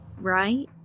right